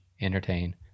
entertain